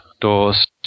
doors